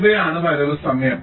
ഇവയാണ് വരവ് സമയം